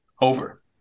over